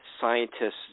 scientists